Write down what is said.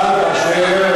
עד אשר